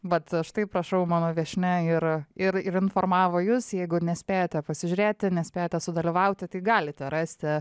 vat štai prašau mano viešnia yra ir informavo jus jeigu nespėjate pasižiūrėti nespėjote sudalyvauti tai galite rasti